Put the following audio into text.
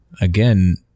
again